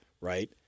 right